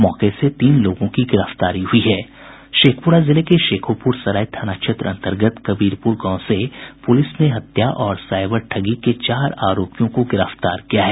मौके से तीन लोगों की गिरफ्तारी हुई है शेखप्ररा जिले के शेखोप्रसराय थाना क्षेत्र अंतर्गत कबीरपूर गांव से पुलिस ने हत्या और साइबर ठगी के चार अरोपियों को गिरफ्तार किया है